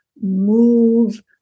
move